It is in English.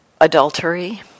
adultery